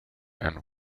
and